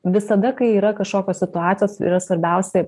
visada kai yra kažkokios situacijos yra svarbiausia